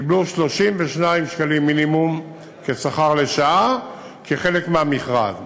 קיבלו 32 שקלים מינימום כשכר לשעה כחלק מהמכרז.